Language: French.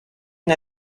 une